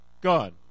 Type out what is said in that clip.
God